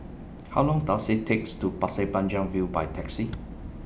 How Long Does IT takes to Pasir Panjang View By Taxi